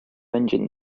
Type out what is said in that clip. engine